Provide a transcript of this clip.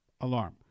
alarm